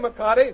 McCarty